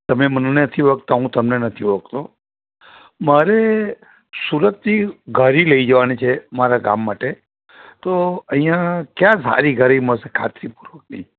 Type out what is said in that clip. તમે મને નથી ઓળખતા હું તમને નથી ઓળખતો મારે સુરતથી ઘારી લઈ જવાની છે મારા ગામ માટે તો અહીંયા ક્યાં સારી ઘારી મળશે આખી ફ્રૂટની